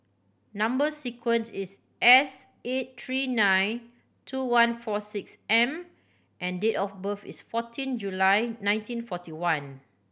number sequence is S eight three nine two one four six M and date of birth is fourteen July nineteen forty one